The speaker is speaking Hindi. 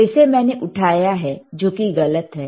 तो इसे मैंने उठाया है जो कि गलत है